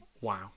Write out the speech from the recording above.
Wow